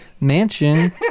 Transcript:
mansion